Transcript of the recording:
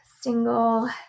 single